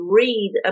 read